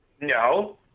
No